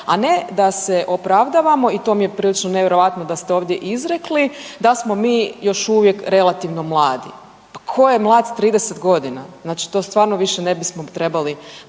a ne da se opravdavamo i to mi je prilično nevjerojatno da ste ovdje izrekli, da smo mi još uvijek relativno mladi. Pa ko je mlad s 30 godina? Znači to stvarno ne bismo trebali